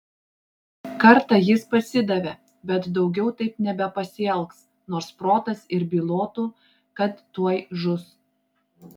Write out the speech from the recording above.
kartą jis pasidavė bet daugiau taip nebepasielgs nors protas ir bylotų kad tuoj žus